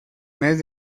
mes